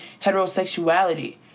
heterosexuality